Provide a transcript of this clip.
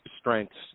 strengths